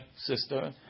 sister